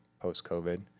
post-COVID